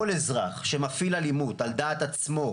כל אזרח שמפעיל אלימות על דעת עצמו,